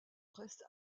reste